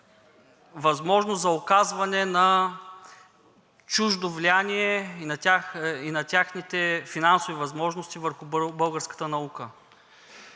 възможност за оказване на чуждо влияние и на техните финансови възможности върху българската наука,